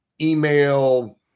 email